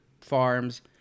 Farms